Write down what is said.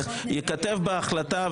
ייכתב בהחלטה,